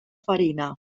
farina